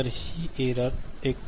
तर ही एरर 19